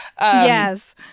Yes